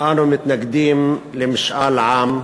אנו מתנגדים למשאל עם.